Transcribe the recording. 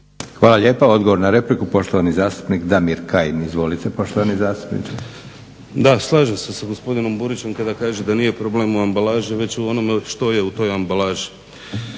Hvala lijepa. Odgovor na repliku, poštovani zastupnik Damir Kajin. Izvolite poštovani zastupniče. **Kajin, Damir (Nezavisni)** Da, slažem se sa gospodinom Burićom kada kaže da nije problem u ambalaži već u onom što je u toj ambalaži.